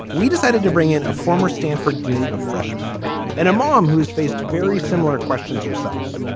we decided to bring in a former stanford dean, a freshman and a mom who has faced very similar questions herself.